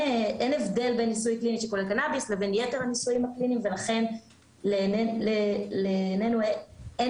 נושא האבטחה עבר אליהם ונמצא אצלם היום.